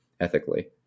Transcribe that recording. ethically